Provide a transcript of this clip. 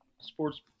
sports